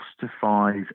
justifies